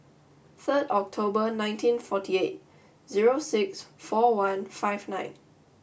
third October ninety forty eight zero six four one five nine